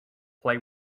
pray